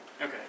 Okay